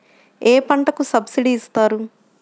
ఏ పంటకు సబ్సిడీ ఇస్తారు?